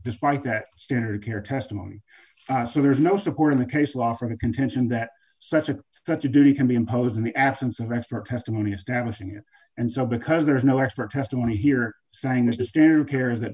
despite that standard of care testimony so there's no support in the case law for the contention that such a such a duty can be imposed in the absence of expert testimony establishing it and so because there is no expert testimony here